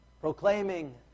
proclaiming